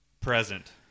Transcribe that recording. present